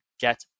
get